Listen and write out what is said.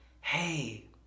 Hey